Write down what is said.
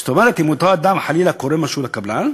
זאת אומרת, אותו אדם, אם חלילה קורה משהו לקבלן,